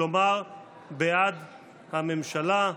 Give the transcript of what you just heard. כלומר בעד הממשלה.